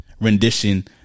Rendition